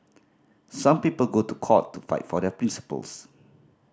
some people go to court to fight for their principles